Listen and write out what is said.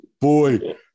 Boy